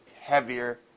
heavier